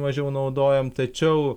mažiau naudojam tačiau